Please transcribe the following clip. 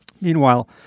Meanwhile